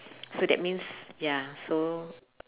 so that means ya so